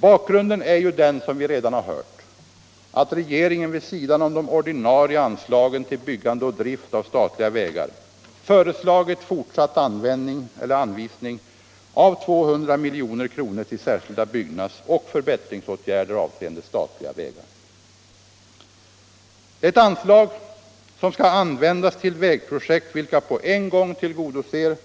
Bakgrunden är ju den —- som vi redan har hört — att regeringen vid sidan om de ordinarie anslagen till byggande och drift av statliga vägar föreslagit fortsatt anvisning av 200 milj.kr. till särskilda byggnadsoch förbättringsåtgärder avseende sådana vägar. Det är ett anslag som skall användas till vägobjekt vilka på en gång tillgodoser